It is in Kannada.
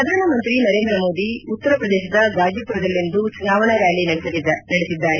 ಪ್ರಧಾನಮಂತ್ರಿ ನರೇಂದ್ರ ಮೋದಿ ಉತ್ತರ ಪ್ರದೇಶದ ಗಾಜಿಪುರದಲ್ಲಿಂದು ಚುನಾವಣಾ ರ್ನಾಲಿ ನಡೆಸಲಿದ್ದಾರೆ